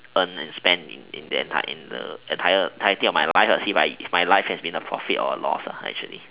earned and spend in the entire in the entire entirely of my life lah has my life been a profit or a loss lah actually